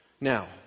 Now